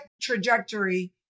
trajectory